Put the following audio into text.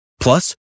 plus